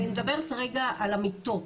אני מדברת כרגע על המיטות,